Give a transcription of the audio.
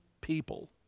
people